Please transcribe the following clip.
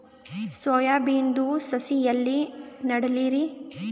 Soya ಬಿನದು ಸಸಿ ಎಲ್ಲಿ ನೆಡಲಿರಿ?